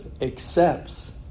accepts